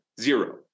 zero